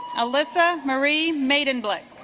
alyssa marie maiden black